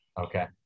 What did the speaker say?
Okay